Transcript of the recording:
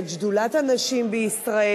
את שדולת הנשים בישראל,